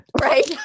Right